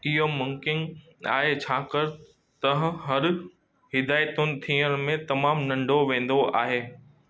इहो मुमकिन आहे छाकाणि त हर हिदाइतुनि थियण में तमामु नंढो वेंदो आहे